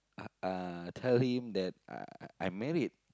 uh uh tell him that I I married